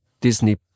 Disney+